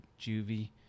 juvie